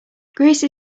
greece